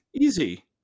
Easy